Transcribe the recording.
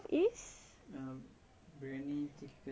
briyani chicken fried one